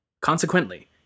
Consequently